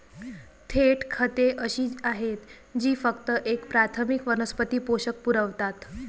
थेट खते अशी आहेत जी फक्त एक प्राथमिक वनस्पती पोषक पुरवतात